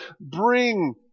bring